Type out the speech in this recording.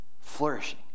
flourishing